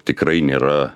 tikrai nėra